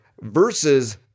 versus